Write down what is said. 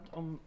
om